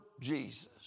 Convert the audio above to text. Jesus